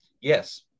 Yes